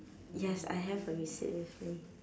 yes I have a receipt with me